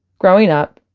growing up,